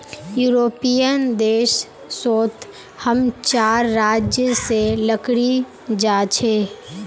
European देश सोत हम चार राज्य से लकड़ी जा छे